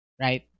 Right